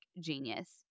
genius